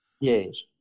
Yes